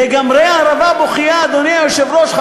לגמרי ערבה בוכייה, אדוני היושב-ראש.